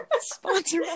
sponsor